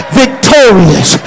victorious